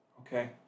Okay